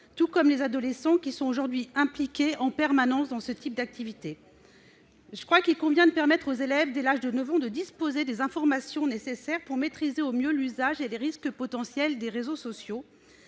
tout comme celle des adolescents, impliqués en permanence dans ce type d'activité. Il convient donc de permettre aux élèves, dès l'âge de 9 ans, de disposer des informations nécessaires pour maîtriser au mieux l'usage et les risques potentiels des réseaux sociaux.